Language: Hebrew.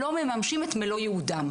לא מממשים את מלוא ייעודם.